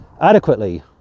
adequately